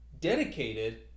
dedicated